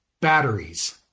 batteries